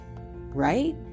right